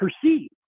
perceive